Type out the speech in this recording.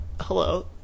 Hello